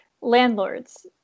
Landlords